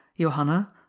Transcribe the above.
johanna